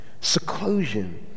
Seclusion